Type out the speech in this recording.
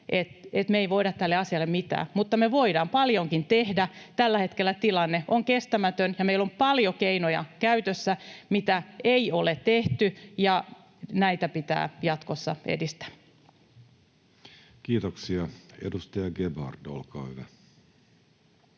me ei voida tälle asialle mitään, mutta me voidaan paljonkin tehdä. Tällä hetkellä tilanne on kestämätön, ja meillä on paljon keinoja käytössä, mitä ei ole tehty, ja näitä pitää jatkossa edistää. [Speech 29] Speaker: Jussi